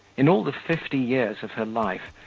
in all the fifty years of her life,